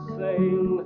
sail